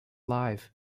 live